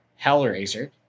Hellraiser